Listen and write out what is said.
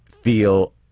feel